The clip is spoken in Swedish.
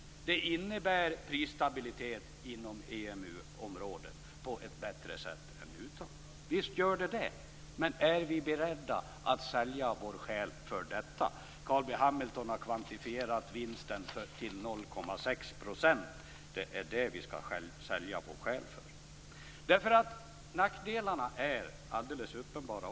Det innebär en bättre prisstabilitet inom EMU området än utanför. Visst gör det det. Men är vi beredda att sälja vår själ för detta? Carl B Hamilton har kvantifierat vinsten till 0,6 %. Det är detta som vi skall sälja vår själ för. Nackdelarna är också alldeles uppenbara.